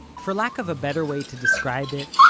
for lack of a better way to describe it,